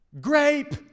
Grape